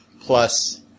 plus